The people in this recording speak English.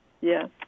Yes